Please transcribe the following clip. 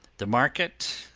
the market,